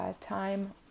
time